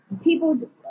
people